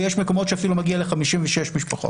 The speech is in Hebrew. ויש מקומות שאפילו מגיע ל-56 משפחות.